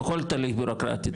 כמו כל תהליך בירוקרטי,